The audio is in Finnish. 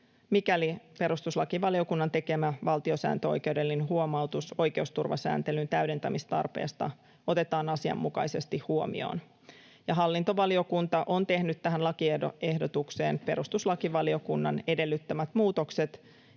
mikäli perustuslakivaliokunnan tekemä valtiosääntöoikeudellinen huomautus oikeusturvasääntelyn täydentämistarpeesta otetaan asianmukaisesti huomioon. Hallintovaliokunta on tehnyt tähän lakiehdotukseen perustuslakivaliokunnan edellyttämät muutokset